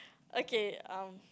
okay um